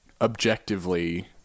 objectively